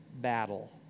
battle